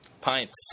Pints